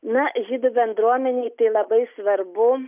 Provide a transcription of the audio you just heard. na žydų bendruomenei tai labai svarbu